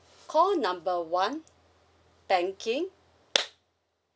call number one banking